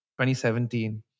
2017